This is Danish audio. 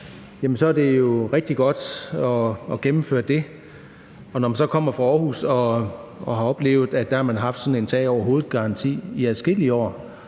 at det jo er rigtig godt at gennemføre det. Når man kommer fra Aarhus, har man oplevet, at der har været sådan en tag over hovedet-garanti i adskillige år.